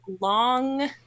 long